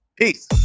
Peace